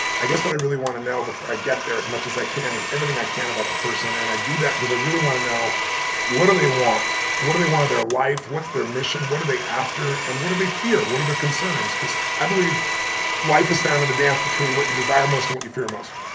i guess what i really wanna know before i get there as much as i can is everything i can about the person. and i do that because i really wanna know what do they want? what do they want in their life? what's their mission? what are they after? and what do they fear? what are their concerns? because i believe life is found in the dance between what you desire desire most and what you fear most.